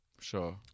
sure